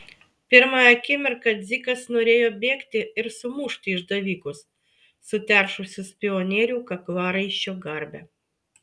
pirmąją akimirką dzikas norėjo bėgti ir sumušti išdavikus suteršusius pionierių kaklaraiščio garbę